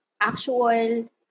actual